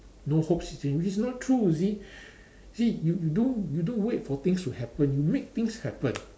no hope which is not true you see see you do you don't wait for things to happen you make things happen